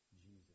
Jesus